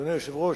אדוני היושב-ראש,